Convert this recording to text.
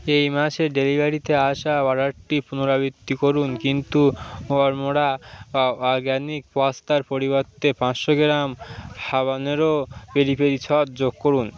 এই মাসে ডেলিভারিতে আসা অর্ডারটি পুনরাবৃত্তি করুন কিন্তু অনমোরা অর্গ্যানিক পাস্তার পরিবর্তে পাঁচশো গ্রাম হাবানেরো পেরি পেরি সস যোগ করুন